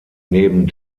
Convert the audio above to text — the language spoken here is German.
neben